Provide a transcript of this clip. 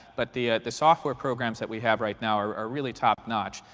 but the the software programs that we have right now are are really top notch.